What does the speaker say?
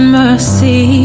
mercy